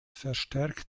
verstärkt